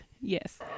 Yes